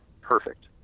Perfect